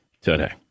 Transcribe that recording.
Today